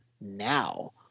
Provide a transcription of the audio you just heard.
now